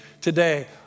Today